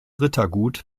rittergut